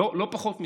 לא פחות מזה.